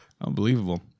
Unbelievable